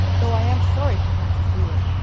though i'm sorry to have to do it.